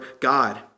God